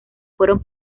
fueron